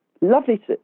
Lovely